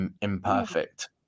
imperfect